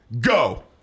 Go